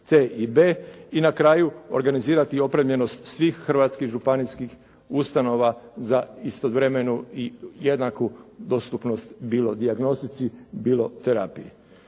i na kraju organizirati opremljenost svih hrvatskih županijskih ustanova za istovremenu i jednaku dostupnost bilo dijagnostici, bilo terapiji.